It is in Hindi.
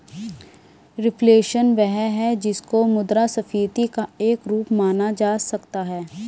रिफ्लेशन वह है जिसको मुद्रास्फीति का एक रूप माना जा सकता है